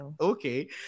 Okay